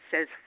says